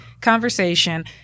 conversation